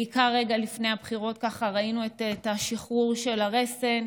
בעיקר רגע לפני הבחירות ראינו את השחרור של הרסן,